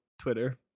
twitter